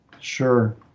Sure